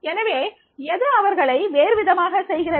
எனவே எது அவர்களை வேறு விதமாக செய்கிறது